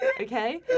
okay